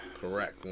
correct